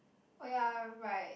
oh ya right